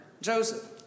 Joseph